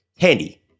handy